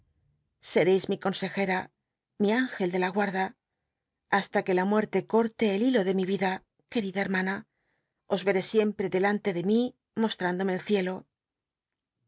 sereis mi consejera mi in gel rle la guarda hasta que ht muerte corto el hilo de mi yida querida hemana os y eré siemp re delante de mi moslrúndome el cielo